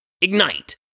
Ignite